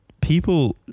people